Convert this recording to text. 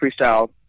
freestyle